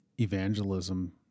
evangelism